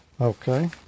Okay